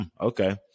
okay